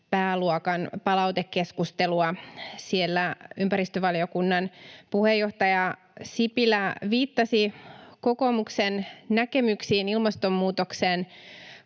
pääluokan palautekeskustelua. Siellä ympäristövaliokunnan puheenjohtaja Sipilä viittasi kysymyksiä herättävällä